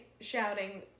shouting